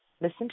Listen